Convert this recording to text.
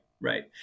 right